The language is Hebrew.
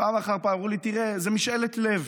פעם אחר פעם אמרו לי: תראה, זו משאלת לב.